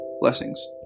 Blessings